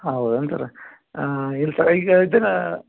ಹೌದೇನು ಸರ್ ಇಲ್ಲ ಸರ್ ಈಗ ಇದನ್ನು